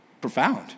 profound